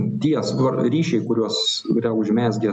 tie ryšiai kuriuos yra užmezgę sakysim dabartiniai